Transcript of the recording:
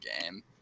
game